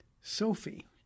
Sophie